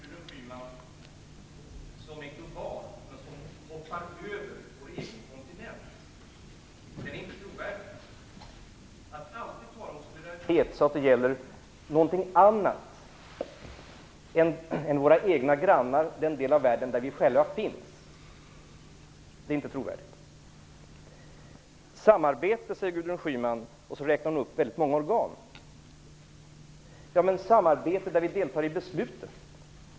Herr talman! En global solidaritet som hoppar över vår egen kontinent är inte trovärdig, Gudrun Schyman! Att alltid tala om solidaritet som om det gällde något annat än våra egna grannar och den del av världen där vi själva finns är inte trovärdigt. Gudrun Schyman talade om samarbete och räknade upp väldigt många organ. Men är det samarbete där vi deltar i besluten?